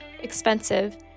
expensive